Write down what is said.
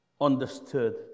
understood